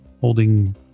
Holding